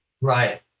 Right